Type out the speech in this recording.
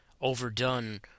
overdone